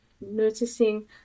noticing